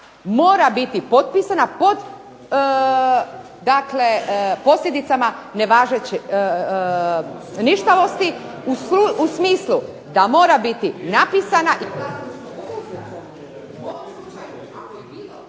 mora biti potpisana pod posljedicama ništavosti u smislu da mora biti napisana